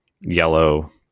yellow